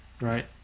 right